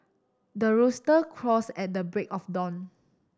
the rooster crows at the break of dawn